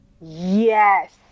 Yes